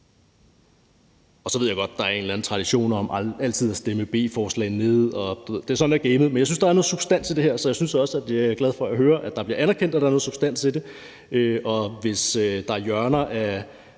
Så ved jeg godt, at der er en eller anden tradition for altid at stemme beslutningsforslag ned, og sådan er gamet, men jeg synes også, der er noget substans i det her. Så jeg er også glad for at høre, at det bliver anerkendt, at der er noget substans i det, og hvis der i forhold